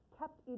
kept